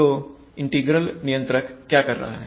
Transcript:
तो इंटीग्रल नियंत्रक क्या कर रहा है